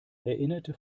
erinnerte